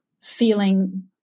feeling